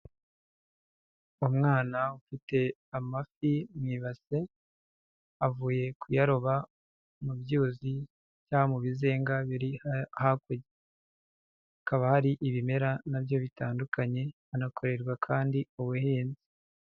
Umwana ufite amafi mu ibaze, avuye kuyaroba mu byuzi cyangwa mu bizenga biri hakurya, hakaba hari ibimera nabyo bitandukanye, hanakorerwa kandi ubuhinzi.